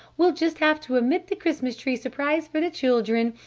we'll just have to omit the christmas tree surprise for the children.